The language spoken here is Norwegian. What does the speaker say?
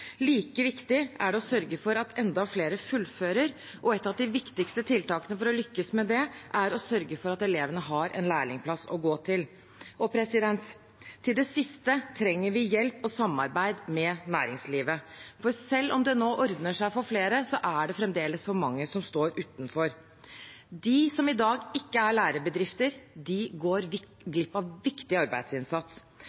Like viktig er det å sørge for at enda flere fullfører, og ett av de viktigste tiltakene for å lykkes med det er å sørge for at elevene har en lærlingplass å gå til. Til det siste trenger vi hjelp fra og samarbeid med næringslivet. For selv om det nå ordner seg for flere, er det fremdeles for mange som står utenfor. De som i dag ikke er lærebedrifter, går